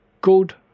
good